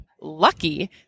Lucky